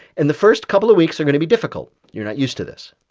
and the first couple of weeks are going to be difficult. you're not used to this.